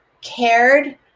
cared